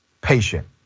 patient